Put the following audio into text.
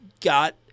got